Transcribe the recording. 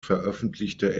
veröffentlichte